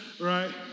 right